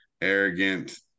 arrogant